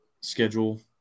schedule